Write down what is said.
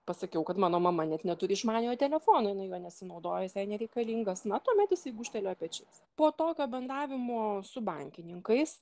pasakiau kad mano mama net neturi išmaniojo telefono jinai juo nesinaudoja jis jai nereikalingas na tuomet jisai gūžtelėjo pečiais po tokio bendravimo su bankininkais